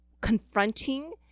confronting